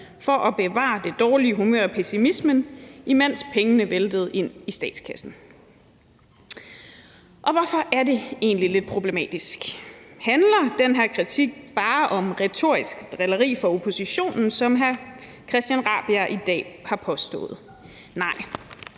for at bevare det dårlige humør og pessimismen, imens pengene væltede ind i statskassen. Og hvorfor er det egentlig lidt problematisk? Handler den her kritik bare om retorisk drilleri fra oppositionen, som hr. Christian Rabjerg Madsen i dag har påstået? Nej,